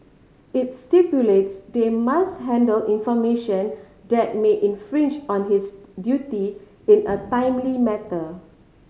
it stipulates they must handle information that may infringe on his duty in a timely matter